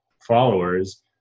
followers